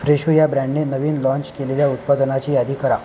Fresho या ब्रँण्णे नवीन लाँच केलेल्या उत्पादनाची यादी करा